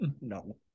No